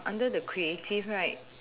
under the creative right